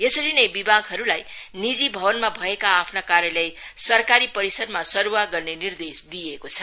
यसरी नै विभागहरूलाई निजी भवनमा भएका आफ्ना कार्यालय सरकारी परिसरमा सरूवा गर्ने निर्देश दिइएको छ